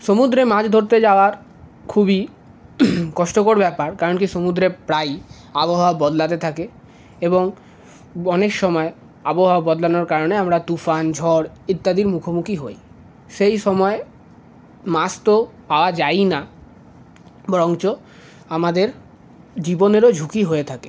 সমুদ্রে মাছ ধরতে যাওয়া খুবই কষ্টকর ব্যাপার কারণ কি সমুদ্রে প্রায়ই আবহাওয়া বদলাতে থাকে এবং অনেক সময় আবহাওয়া বদলানোর কারণে আমরা তুফান ঝড় ইত্যাদির মুখোমুখি হই সেই সময় মাছ তো পাওয়া যায়ই না বরঞ্চ আমাদের জীবনেরও ঝুঁকি হয়ে থাকে